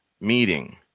meeting